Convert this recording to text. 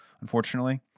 unfortunately